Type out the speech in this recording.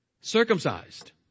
circumcised